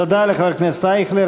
תודה לחבר הכנסת אייכלר.